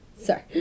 Sorry